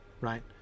right